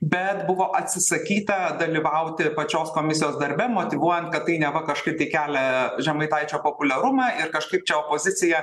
bet buvo atsisakyta dalyvauti pačios komisijos darbe motyvuojant kad tai neva kažkaip tai kelia žemaitaičio populiarumą ir kažkaip čia opozicija